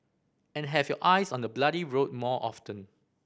and have your eyes on the bloody road more often